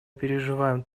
переживаем